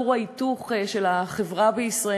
כור ההיתוך של החברה בישראל,